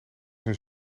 zijn